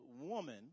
woman